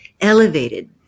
elevated